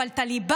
אבל את הליבה,